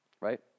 right